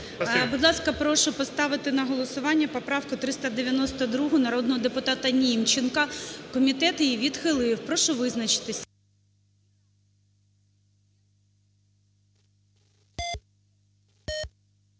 Будь ласка, прошу поставити на голосування поправку 392 народного депутата Німченка. Комітет її відхилив. Прошу визначитись.